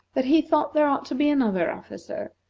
that he thought there ought to be another officer,